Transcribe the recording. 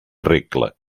regla